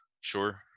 sure